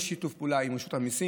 יש שיתוף פעולה עם רשות המיסים.